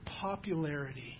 popularity